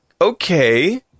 Okay